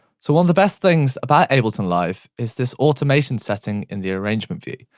so, one of the best things about ableton live is this automation setting in the arrangement view.